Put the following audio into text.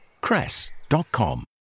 cress.com